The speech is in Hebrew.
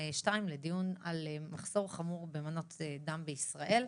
14:00 לדיון על מחסור חמור במנות דם בישראל.